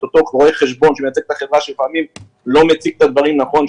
אותו רואה חשבון שמייצג את החברה שלפעמים לא מציג את הדברים נכון,